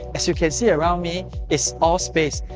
as you can see around me is all space,